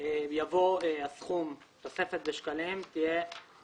תוספת בשקלים חדשים